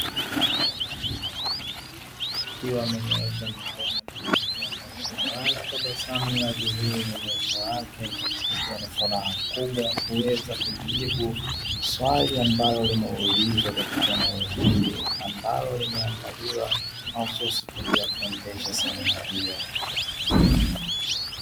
Akiwa amenyoosha mkono mwanamke ambaye kwa mbali tabasamu linadhihiri kwenye uso wake, ikiwa ni furaha kubwa kuweza kujibu swali ambalo limeulizwa katika eneo hili ambalo limeandaliwa mahususi kwa ajili ya kuendesha semina hiyo.